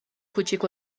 کوچیک